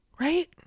right